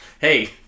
hey